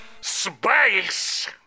Space